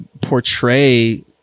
portray